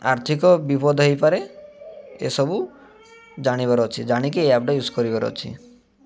ଆର୍ଥିକ ବିପଦ ହୋଇପାରେ ଏସବୁ ଜାଣିବାର ଅଛି ଜାଣିକି ଏଇ ଆପ୍ଟା ୟୁଜ୍ କରିବାର ଅଛି